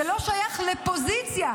זה לא שייך לפוזיציה,